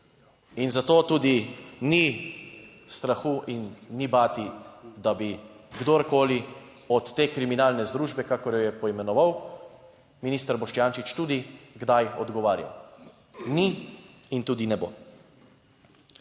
In zato tudi ni strahu in ni bati, da bi kdorkoli od te kriminalne združbe, kakor jo je poimenoval minister Boštjančič, tudi kdaj odgovarjal, ni in tudi ne bo.